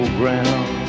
ground